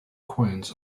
coins